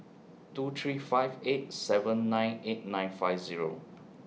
two three five eight seven nine eight nine five Zero